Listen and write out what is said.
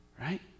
right